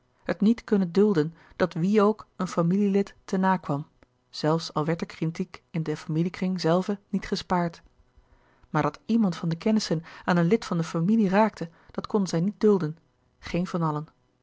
het niet kunnen dulden dat wie ook een familie lid te na kwam zelfs al werd de kritiek in den familie kring zelven niet gespaard maar dat iemand van de kennissen aan een lid van de familie raakte dat knden zij niet dulden geen van allen